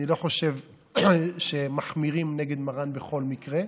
אני לא חושב שמחמירים נגד מרן בכל מקרה.